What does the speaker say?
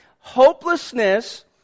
Hopelessness